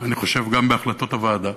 אני חושב, גם בהחלטות הוועדה.